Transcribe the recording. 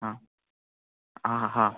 आं आं हा